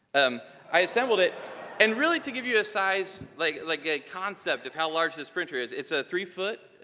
um i i assembled it and really, to give you a size, like like a concept of how large this printer is, it's a three-foot,